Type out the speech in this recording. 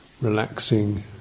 relaxing